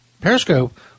Periscope